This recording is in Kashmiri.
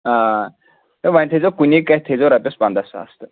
ہے وَنہِ تھٲے زیو کُنی کَتھِ تھٲے زیو رۄپیَس پنٛداہ ساس تہٕ